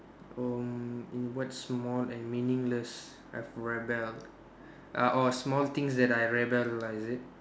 um in what small and meaningless I've rebelled uh or small things that I rebel in life is it